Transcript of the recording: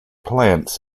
plants